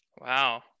Wow